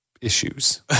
issues